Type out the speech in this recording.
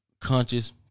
Conscious